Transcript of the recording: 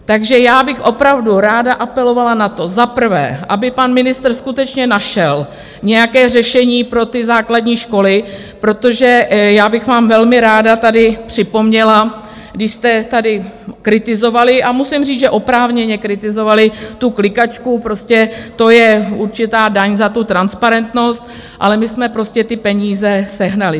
Takže já bych opravdu ráda apelovala na to, za prvé, aby pan ministr skutečně našel nějaké řešení pro ty základní školy, protože já bych vám velmi ráda tady připomněla, když jste tady kritizovali a musím říct, že oprávněně tu klikačku, prostě to je určitá daň za transparentnost, ale my jsme prostě ty peníze sehnali.